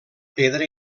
pedra